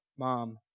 mom